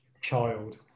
child